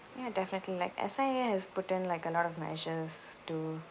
ya definitely like S_I_A has put in like a lot of measures to